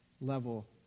level